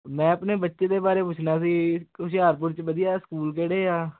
ਨੇ ਬੱਚੇ ਦੇ ਬਾਰੇ ਪੁੱਛਣਾ ਸੀ ਹੁਸ਼ਿਆਰਪੁਰ 'ਚ ਵਧੀਆ ਸਕੂਲ ਕਿਹੜੇ ਆ